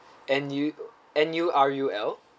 N U N U R U L